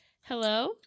Hello